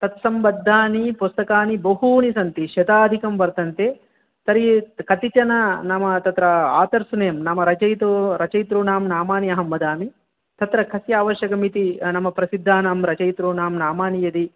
तत्संबद्धानि पुस्तकानि बहूनि सन्ति शताधिकं वर्तन्ते तर्हि कतिचन नाम तत्र आथर्स् नेम् नाम रचयितु रचयितॄणां नाम अहं वदामि तत्र कस्य आवश्यकम् इति नाम प्रसिद्धानां रचयितॄणां नामानि यदि